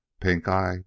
pink-eye